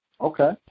Okay